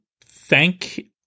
thank